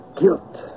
guilt